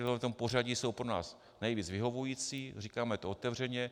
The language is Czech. V tomto pořadí jsou pro nás nejvíce vyhovující, říkáme to otevřeně.